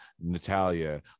natalia